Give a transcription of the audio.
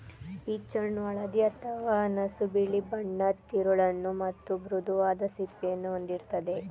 peach ಹಣ್ಣು ಹಳದಿ ಅಥವಾ ನಸುಬಿಳಿ ಬಣ್ಣದ್ ತಿರುಳನ್ನು ಮತ್ತು ಮೃದುವಾದ ಸಿಪ್ಪೆಯನ್ನು ಹೊಂದಿರ್ತದೆ